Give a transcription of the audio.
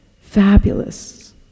fabulous